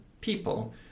people